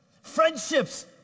Friendships